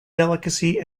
delicacy